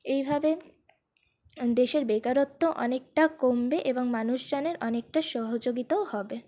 এইভাবে দেশের বেকারত্ব অনেকটা কমবে এবং মানুষজনের অনেকটা সহযোগিতাও হবে